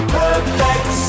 perfect